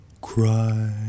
cry